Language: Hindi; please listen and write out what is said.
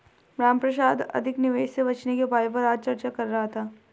रामप्रसाद अधिक निवेश से बचने के उपायों पर आज चर्चा कर रहा था